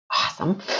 awesome